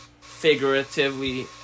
Figuratively